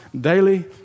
Daily